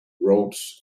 ropes